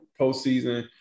postseason